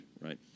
right